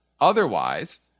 otherwise